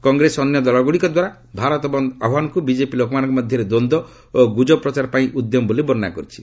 କଂଗ୍ରେସ ଓ ଅନ୍ୟ ଦଳଗୁଡ଼ିକ ଦ୍ୱାରା ଭାରତ ବନ୍ଦ ଆହ୍ୱାନକୁ ବିଜେପି ଲୋକମାନଙ୍କ ମଧ୍ୟରେ ଦ୍ୱନ୍ଦ୍ୱ ଓ ଗୁଜବ ପ୍ରଚାର ପାଇଁ ଉଦ୍ୟମ ବୋଲି ବର୍ଷନା କରିଛି